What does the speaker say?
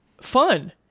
Fun